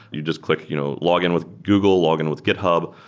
you just click you know login with google, login with github.